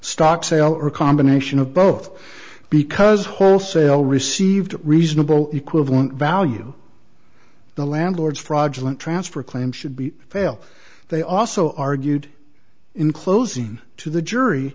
stock sale or a combination of both because wholesale received reasonable equivalent value the landlord's fraudulent transfer claim should be fail they also argued in closing to the jury